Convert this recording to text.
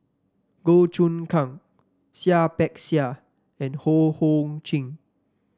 Goh Choon Kang Seah Peck Seah and Ho Hong Sing